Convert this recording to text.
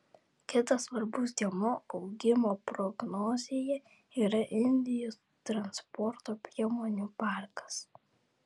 kitas svarbus dėmuo augimo prognozėje yra indijos transporto priemonių parkas